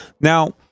Now